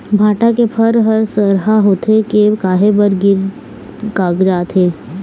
भांटा के फर हर सरहा होथे के काहे बर गिर कागजात हे?